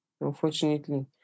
unfortunately